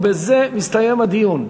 ובזה מסתיים הדיון.